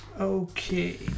Okay